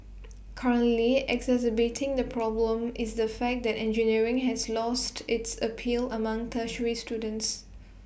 currently exacerbating the problem is the fact that engineering has lost its appeal among tertiary students